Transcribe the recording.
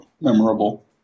memorable